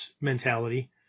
mentality